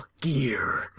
Gear